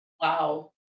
Wow